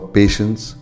patience